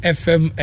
fm